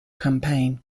campaign